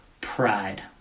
pride